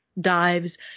dives